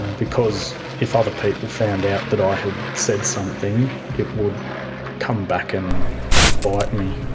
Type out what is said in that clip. because if other people found out that i had said something it would come back and bite me.